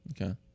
okay